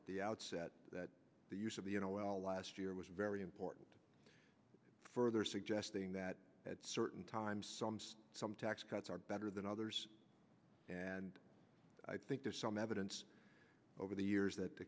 at the outset that the use of the you know well last year was very important for suggesting that at certain times some tax cuts are better than others and i think there's some evidence over the years that